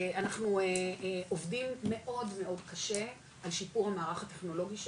אנחנו עובדים מאוד מאוד קשה על שיפור מערך הטכנולוגי שלנו,